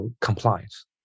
compliance